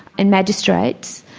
and magistrates,